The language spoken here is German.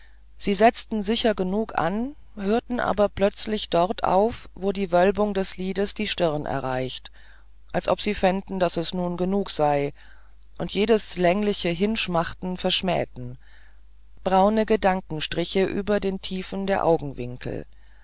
sie setzten sicher genug an hörten aber plötzlich dort auf wo die wölbung des lides die stirn erreichte als ob sie fänden daß es nun genug sei und jedes längliche hinschmachten verschmähten braune gedankenstriche über den tiefen der augenwinkel